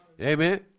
Amen